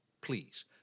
please